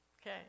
okay